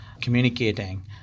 communicating